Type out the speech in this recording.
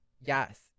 Yes